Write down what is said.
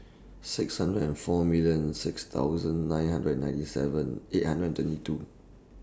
six hundred and four million six thousand nine hundred and ninety seven eight hundred and twenty two